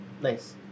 nice